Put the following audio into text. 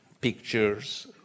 pictures